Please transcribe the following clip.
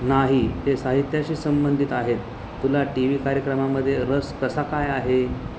नाही ते साहित्याशी संबंधित आहेत तुला टी व्ही कार्यक्रमामध्ये रस कसा काय आहे